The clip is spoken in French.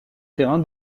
terrain